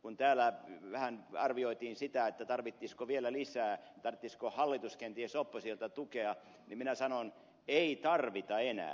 kun täällä vähän arvioitiin sitä tarvittaisiinko vielä lisää tarvitsisiko hallitus kenties oppositiolta tukea niin minä sanon että ei tarvita enää